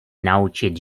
naučit